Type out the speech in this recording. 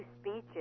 speeches